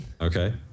Okay